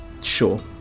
Sure